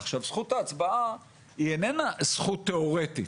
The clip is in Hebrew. עכשיו זכות ההצבעה היא איננה זכות תיאורטית,